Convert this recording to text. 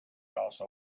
also